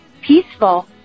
peaceful